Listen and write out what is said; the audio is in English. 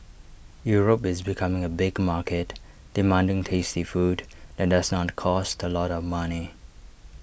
Europe is becoming A big market demanding tasty food that does not cost A lot of money